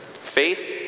Faith